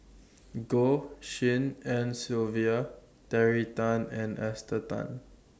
Goh Tshin En Sylvia Terry Tan and Esther Tan